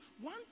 one